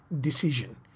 decision